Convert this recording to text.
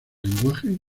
lenguajes